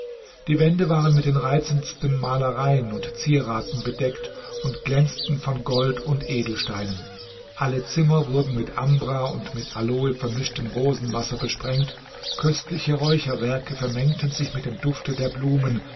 die wände waren mit den reizendsten malereien und zierraten bedeckt und glänzten von gold und edelsteinen alle zimmer wurden mit ambra und mit aloe vermischtem rosenwasser besprengt köstliche räucherwerke vermengten sich mit dem dufte der blumen